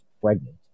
pregnant